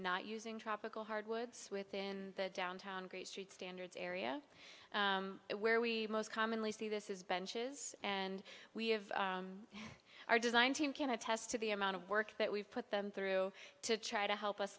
not using tropical hardwoods within the downtown great street standards area where we most commonly see this is benches and we have our design team can attest to the amount of work that we've put them through to try to help us